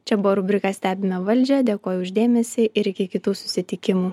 čia buvo rubrika stebime valdžią dėkoju už dėmesį ir iki kitų susitikimų